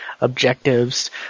objectives